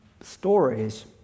stories